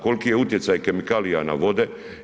Kolki je utjecaj kemikalija na vode?